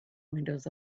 windows